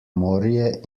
morje